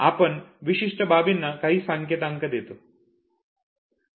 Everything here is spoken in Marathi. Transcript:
आपण विशिष्ट बाबींना काही संकेतांक देतो